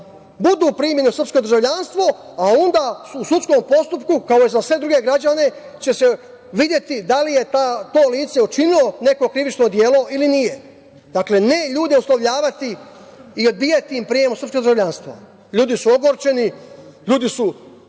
budu primljeni u srpsko državljanstvo, a onda su u sudskom postupku, kao i za sve druge građane, će se videti da li je to lice učinilo neko krivično delo ili nije. Dakle, ne ljude uslovljavati i odbijati im prijem u srpsko državljanstvo. Ljudi su ogorčeni, ljudi su